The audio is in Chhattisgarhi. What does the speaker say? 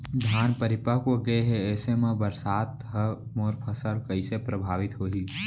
धान परिपक्व गेहे ऐसे म बरसात ह मोर फसल कइसे प्रभावित होही?